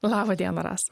laba diena rasa